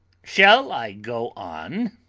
shall i go on?